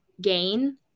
gain